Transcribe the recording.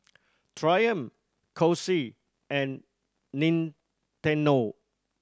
Triumph Kose and Nintendo